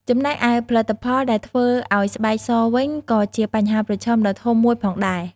ចំណែកឯផលិតផលដែលធ្វើឱ្យស្បែកសវិញ ក៏ជាបញ្ហាប្រឈមដ៏ធំមួយផងដែរ។